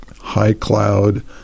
high-cloud –